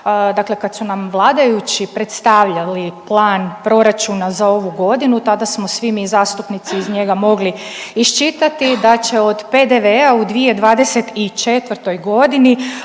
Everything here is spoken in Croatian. Dakle kad su nam vladajući predstavljali plan proračuna za ovu godinu tada smo svi mi zastupnici iz njega mogli iščitati da će od PDV-a u 2024.g.